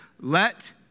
let